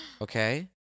Okay